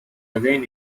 again